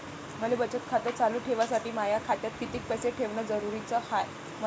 मले बचत खातं चालू ठेवासाठी माया खात्यात कितीक पैसे ठेवण जरुरीच हाय?